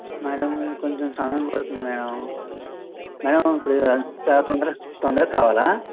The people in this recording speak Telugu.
మేడం కొంచెం సమయం పడుతుంది మేడం మేడం ఇప్పుడు చాలా తొందరగ తొందరగా కావాలా